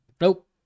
nope